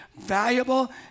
valuable